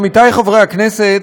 עמיתי חברי הכנסת,